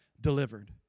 delivered